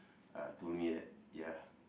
uh told me that ya